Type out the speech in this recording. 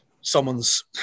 someone's